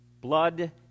blood